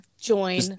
join